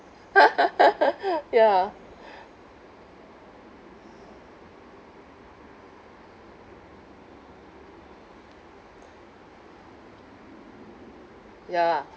ya ya lah